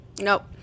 nope